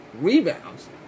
rebounds